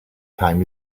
time